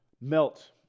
melt